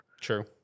True